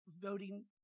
voting